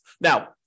Now